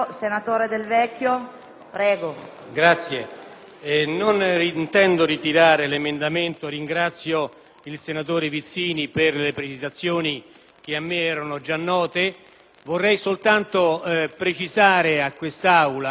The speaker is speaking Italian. non intendo ritirare questo emendamento. Ringrazio il senatore Vizzini per le sue precisazioni, che a me erano già note. Vorrei soltanto precisare a quest'Aula che i fondi attualmente previsti per